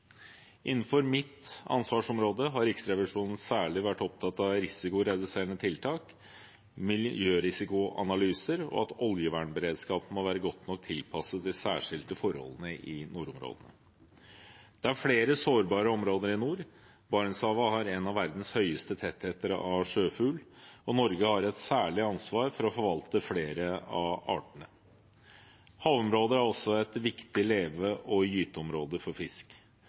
Innenfor mitt ansvarsområde har Riksrevisjonen særlig vært opptatt av risikoreduserende tiltak, miljørisikoanalyser og at oljevernberedskapen må være godt nok tilpasset de særskilte forholdene i nordområdene. Det er flere sårbare områder i nord. Barentshavet har en av verdens høyeste tettheter av sjøfugl, og Norge har et særlig ansvar for å forvalte flere av artene. Havområdet er også et viktig leve- og gyteområde for fisk.